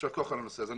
יישר כוח על הנושא הזה.